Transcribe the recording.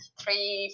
three